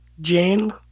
Jane